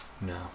No